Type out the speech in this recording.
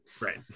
right